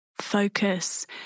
focus